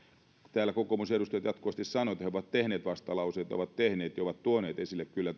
täällä kokoomusedustajat jatkuvasti sanovat että he ovat tehneet vastalauseita he ovat tehneet niitä ja ovat tuoneet esille kyllä